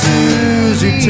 Susie